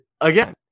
again